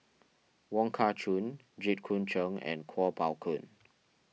Wong Kah Chun Jit Koon Ch'ng and Kuo Pao Kun